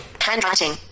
Handwriting